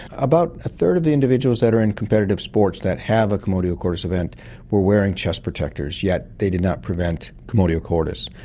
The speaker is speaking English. about a third of the individuals that are in competitive sports that have a commotio cordis event were wearing chest protectors, yet they did not prevent commotio cordis.